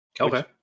Okay